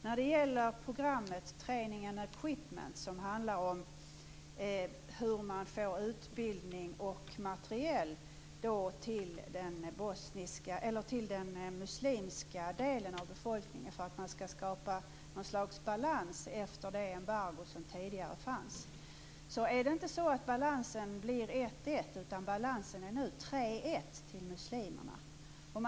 När det gäller programmet Training and Equipment, som handlar om hur man får utbildning och materiel till den muslimska delen av befolkningen för att skapa ett slags balans efter det embargo som tidigare fanns, blir inte balansen 1-1. I stället är balansen nu 3-1 mellan muslimerna och serberna.